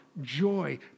joy